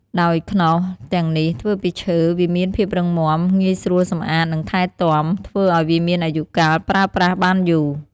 ដោយខ្នោសទាំងនេះធ្វើពីឈើ វាមានភាពរឹងមាំ ងាយស្រួលសម្អាត និងថែទាំ ធ្វើឲ្យវាមានអាយុកាលប្រើប្រាស់បានយូរ។